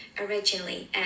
originally